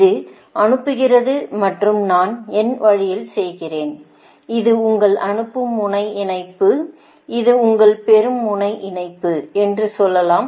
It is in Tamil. இது அனுப்புகிறது மற்றும் நான் என் வழியில் செய்கிறேன் இது உங்கள் அனுப்பும் முனை இணைப்பு இது உங்கள் பெறும் முனை இணைப்பு என்று சொல்லலாம்